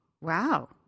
Wow